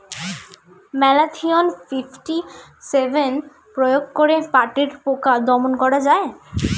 Malathion fifty seven প্রয়োগ করে পাটের পোকা দমন করা যায়?